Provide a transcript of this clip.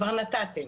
כבר נתתם,